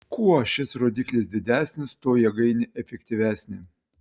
kuo šis rodiklis didesnis tuo jėgainė efektyvesnė